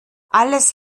alles